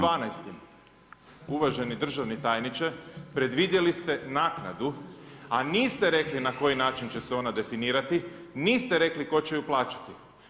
Člankom 12., uvaženi državni tajniče predvidjeli ste naknadu, a niste rekli na koji način će se ona definirati, niste rekli tko će ju plaćati.